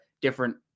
different